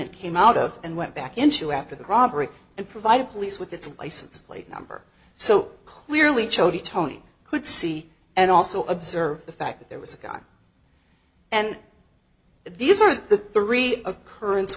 it came out of and went back into after the robbery and provided police with its license plate number so clearly ciottone could see and also observe the fact that there was a gun and these are the three occurrence